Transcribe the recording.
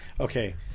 Okay